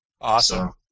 Awesome